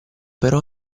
però